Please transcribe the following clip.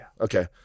okay